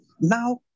Now